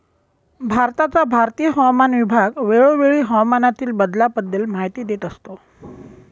भारताचा भारतीय हवामान विभाग वेळोवेळी हवामानातील बदलाबद्दल माहिती देत असतो